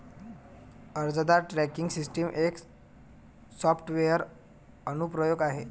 अर्जदार tracking system एक software अनुप्रयोग आहे